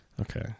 Okay